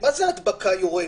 מה זה "ההדבקה יורדת"?